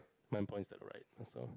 mine points the right also